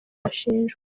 bashinjwa